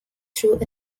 through